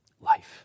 life